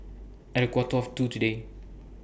At A Quarter of two today